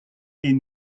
est